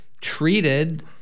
treated